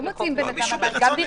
לא מוציאים בן אדם מהבית אפילו אם הוא